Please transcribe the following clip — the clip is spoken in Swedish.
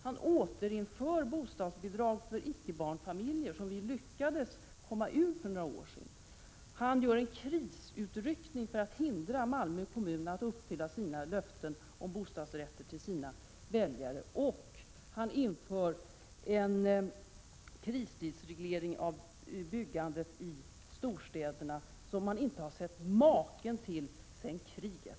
Han återinför bostadsbidrag för icke barnfamiljer, som vi lyckades komma ifrån för några år sedan. Han gör en krisutryckning för att hindra Malmö kommun att uppfylla sina löften om bostadsrätter till sina väljare. Han inför en kristidsreglering av byggandet i storstäderna som man inte har sett maken till sedan kriget.